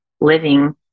living